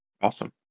Awesome